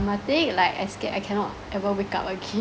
traumatic like I scared I cannot ever wake up again